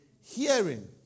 hearing